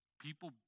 People